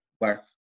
Black